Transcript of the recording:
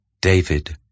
David